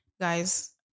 guys